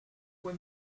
when